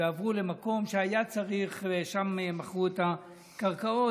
ועברו למקום שהיה צריך, שם מכרו את הקרקעות.